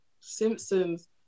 Simpsons